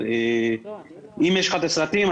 אם יש לך את הסרטים,